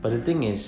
mm